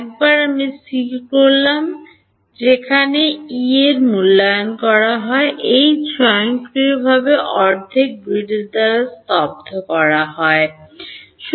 একবার আমি স্থির করলাম যেখানে ই এর মূল্যায়ন করা হয় এইচ স্বয়ংক্রিয়ভাবে অর্ধেক গ্রিডের দ্বারা স্তব্ধ হয়ে যায়